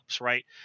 right